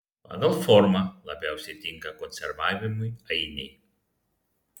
pagal formą labiausiai tinka konservavimui ainiai